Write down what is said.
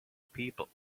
people